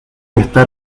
estar